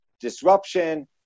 disruption